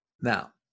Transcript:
Now